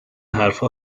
حرفها